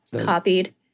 Copied